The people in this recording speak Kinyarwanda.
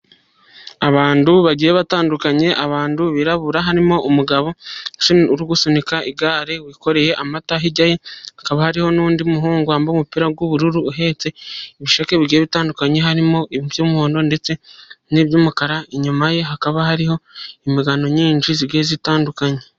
Abantu bagiye batandukanye, abantu birabura harimo umugabo uri gusunika igare wikoreye amata. Hirya ye hakaba hariho n'undi muhungu wambaye umupira w'ubururu, uhetse ibisheke bigiye bitandukanye harimo iby'umuhondo ndetse niby'umukara. Inyuma ye hakaba hariho imigano nyinshi igiye itandukanye.